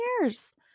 years